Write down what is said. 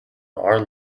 our